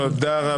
תודה רבה.